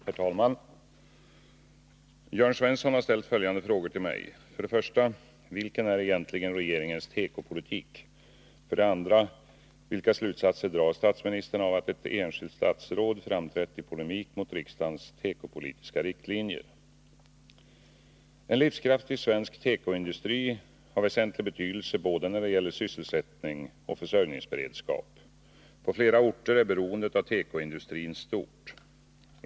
Herr talman! Jörn Svensson har ställt följande frågor till mig. 1. Vilken är egentligen regeringens tekopolitik? 2. Vilka slutsatser drar statsministern av att ett enskilt statsråd framträtt i polemik mot riksdagens tekopolitiska riktlinjer? En livskraftig svensk tekoindustri har väsentlig betydelse både när det gäller sysselsättning och när det gäller försörjningsberedskap. På flera orter är beroendet av tekoindustrin stort.